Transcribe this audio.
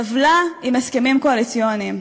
טבלה עם הסכמים קואליציוניים.